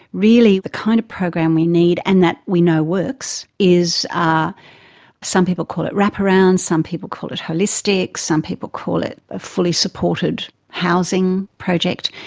really the kind of program we need and that we know works is, ah some people call it wrap-around, some people call it holistic, some people call it a fully supported housing project,